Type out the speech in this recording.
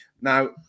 Now